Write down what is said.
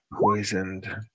Poisoned